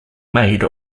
made